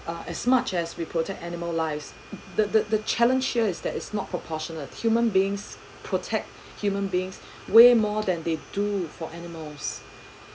uh as much as we protect animal lives the the the challenge here is that it's not proportionate human beings protect human beings way more than they do for animals